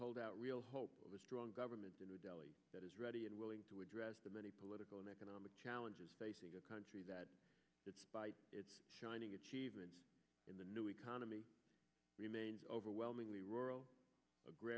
hold out real hope of a strong government in the delhi that is ready and willing to address the many political and economic challenges facing a country that despite its shining achievements in the new economy remains overwhelmingly rural agra